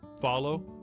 follow